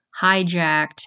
hijacked